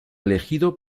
elegido